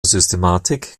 systematik